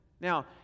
Now